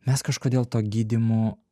mes kažkodėl to gydymu